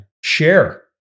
Share